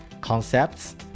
concepts